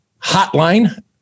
hotline